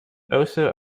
also